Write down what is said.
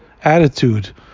attitude